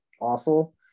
awful